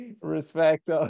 respect